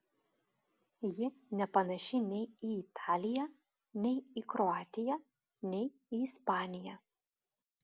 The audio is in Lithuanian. ji nepanaši nei į italiją nei į kroatiją nei į ispaniją